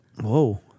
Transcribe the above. Whoa